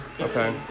Okay